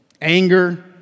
anger